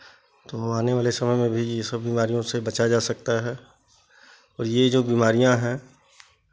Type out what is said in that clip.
तो आने वाले समय में भी ये सब बीमारियों से बचा जा सकता है और ये जो बीमारियाँ हैं